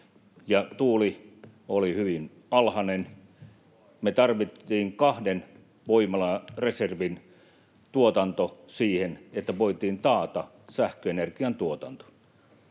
Niin kuin aina!] Me tarvittiin kahden voimalan reservin tuotanto siihen, että voitiin taata sähköenergian tuotanto.